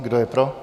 Kdo je pro?